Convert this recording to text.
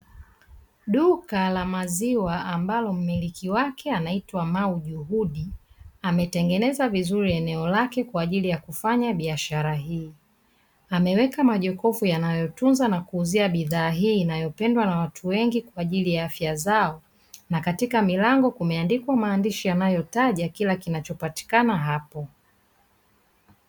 Duka la maziwa ambalo mmliki wake anaitwa Mau Juhudi; ametengeneza vizuri eneo lake kwa ajili ya kufanya biashara hii. Ameweka majokofu yanayotunza na kuuzia bidhaa hii inayopendwa na watu wengi kwa ajili ya afya zao, na katika milango kumeandikwa maandishi yanayotaja kila kinachopatikana hapo.